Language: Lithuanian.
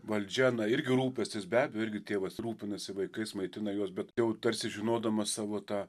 valdžia irgi rūpestis be abejo irgi tėvas rūpinasi vaikais maitina juos bet jau tarsi žinodamas savo tą